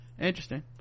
interesting